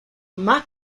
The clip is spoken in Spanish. más